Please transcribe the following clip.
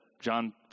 John